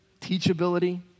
teachability